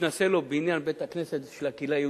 מתנשא לו בניין בית-הכנסת של הקהילה היהודית,